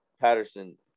Patterson